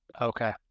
Okay